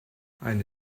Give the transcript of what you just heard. eine